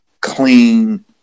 clean